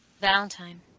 Valentine